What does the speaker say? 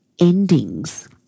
endings